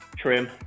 trim